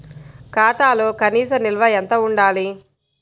ఖాతాలో కనీస నిల్వ ఎంత ఉండాలి?